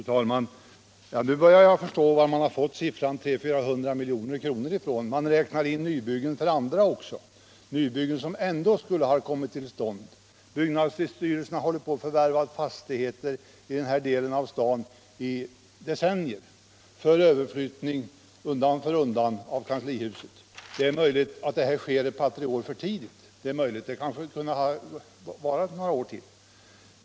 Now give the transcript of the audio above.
Fru talman! Nu börjar jag förstå varifrån man fått siffran 300-400 milj.kr. Man räknar in nybyggen även för andra. Men det gäller ju då nybyggen som i alla fall hade kommit till stånd. Byggnadsstyrelsen har under decennier undan för undan förvärvat fastigheter i denna del av staden för utflyttning av kanslihuset. Det är möjligt att flyttningen sker två tre år för tidigt — man borde kanske ha väntat ytterligare några år.